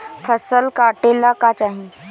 फसल काटेला का चाही?